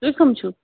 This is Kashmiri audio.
تُہۍ کَم چھِو